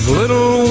little